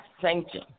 sanction